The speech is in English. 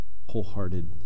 wholehearted